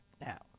Now